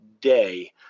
day